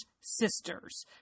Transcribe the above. sisters